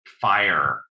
fire